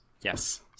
Yes